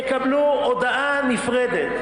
יקבלו הודעה נפרדת,